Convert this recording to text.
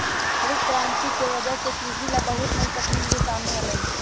हरित करांति के वजह से कृषि ला बहुत नई तकनीक भी सामने अईलय है